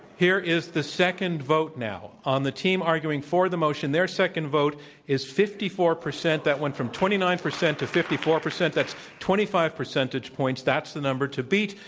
here is the second vote now. on the team arguing for the motion, their second vote is fifty four percent. that went from twenty nine percent to fifty four percent. that's twenty five percentage points. that's the number to beat.